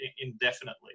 indefinitely